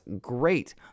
great